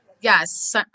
Yes